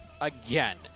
again